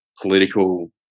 political